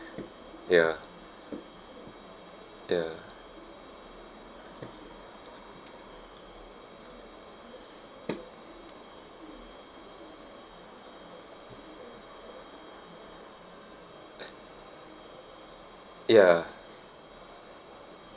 ya ya ya